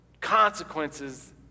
consequences